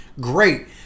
Great